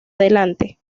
adelante